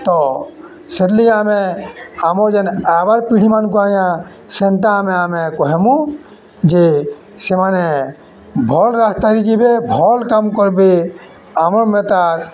ତ ସେଥିର୍ଲାଗି ଆମେ ଆମର୍ ଯେନ୍ ଆଏବାର୍ ପିଢ଼ିମାନଙ୍କୁ ଆଜ୍ଞା ସେନ୍ତା ଆମେ ଆମେ କହେମୁ ଯେ ସେମାନେ ଭଲ୍ ରାସ୍ତାରେ ଯିବେ ଭଲ୍ କାମ୍ କର୍ବେ ଆମର୍ ମେତାର୍